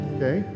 Okay